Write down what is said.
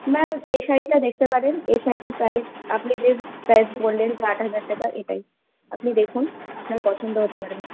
ma'am এ শাড়িটা দেখতে পারেন এই শাড়িটার প্রাইস আপনি যে প্রাইস বললেন যে আট হাজার টাকা এটাই আপনি দেখুন আপনার পছন্দ হতে পারে ম্যাম